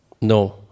No